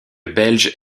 belge